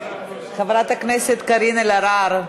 חברת הכנסת אלהרר,